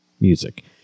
music